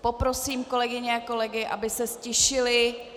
Poprosím kolegyně a kolegy, aby se ztišili.